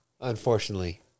unfortunately